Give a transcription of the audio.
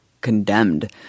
condemned